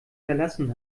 verlassen